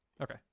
Okay